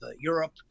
Europe